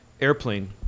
Airplane